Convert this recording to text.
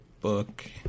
book